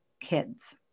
kids